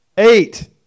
eight